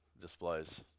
displays